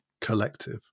collective